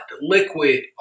liquid